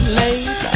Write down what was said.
late